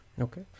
okay